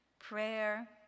prayer